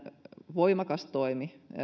voimakas toimi